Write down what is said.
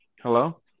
Hello